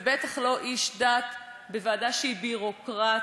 ובטח לא איש דת, בוועדה שהיא ביורוקרטית.